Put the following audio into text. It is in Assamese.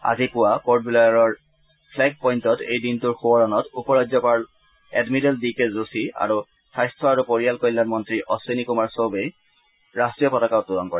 আজি পুৱা পৰ্টৱেয়াৰৰ ফ্ৰেগ পইণ্টত এই দিনটোৰ সোঁৱৰণত উপ ৰাজ্যপাল এডমিৰেল ডি কে যোশী আৰু স্বাস্থ্য আৰু পৰিয়াল কল্যান মন্তী অধিনী কুমাৰ চৌবে ৰাষ্ট্ৰীয় পতাকা উত্তোলন কৰে